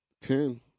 Ten